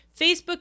Facebook